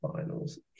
finals